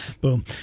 Boom